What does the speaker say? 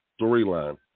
storyline